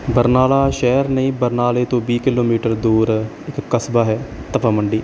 ਬਰਨਾਲਾ ਸ਼ਹਿਰ ਨਹੀਂ ਬਰਨਾਲੇ ਤੋਂ ਵੀਹ ਕਿਲੋਮੀਟਰ ਦੂਰ ਇੱਕ ਕਸਬਾ ਹੈ ਤਪਾ ਮੰਡੀ